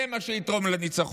זה מה שיתרום לניצחון.